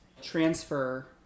transfer